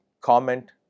comment